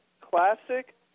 classic